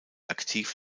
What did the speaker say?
aktiv